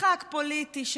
משחק פוליטי,